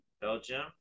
belgium